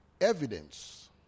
evidence